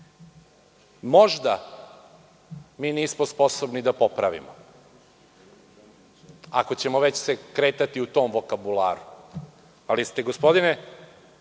mi nismo sposobni da popravimo, ako ćemo se već kretati u tom vokabularu, ali ste gospodine